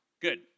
Good